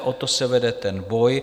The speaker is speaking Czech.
O to se vede ten boj.